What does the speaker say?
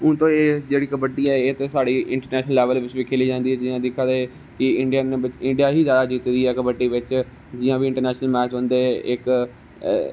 हून तोड़ी एह् जेहड़ी कबड्डी ऐ ते साढ़ी इंटरनेशनल लैबल बिच बी खेली जंदी ऐ जियां दिक्खा दे हे कि इंडिया ही ज्यादा जित्ती दी ऐ कबड्डी बिच जियां बी इंटरनेशनल मैच होंदे हे इक